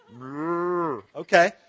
Okay